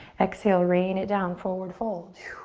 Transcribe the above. exhale, rain it down, forward fold.